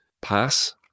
pass